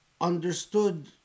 understood